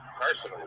Personally